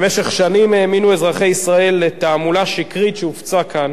במשך שנים האמינו אזרחי ישראל לתעמולה שקרית שהופצה כאן